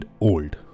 old